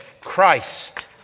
Christ